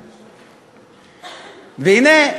והנה,